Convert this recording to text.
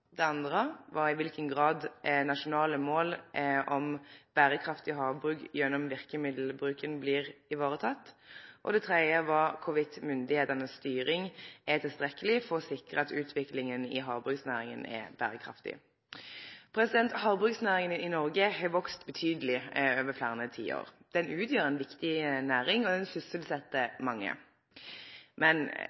Det andre var i kva grad nasjonale mål om berekraftig havbruk blir varetekne gjennom verkemiddelbruken. Og det tredje var om myndigheitenes styring er tilstrekkeleg for å sikre at utviklinga i havbruksnæringa er berekraftig. Havbruksnæringa i Noreg har vakse betydeleg over fleire tiår. Ho utgjer ei viktig næring og ho sysselset mange, men